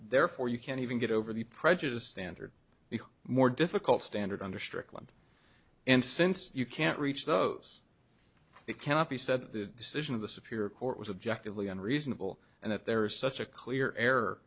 therefore you can't even get over the prejudiced standard the more difficult standard under strickland and since you can't reach those it cannot be said that the decision of the superior court was objective leon reasonable and that there is such a clear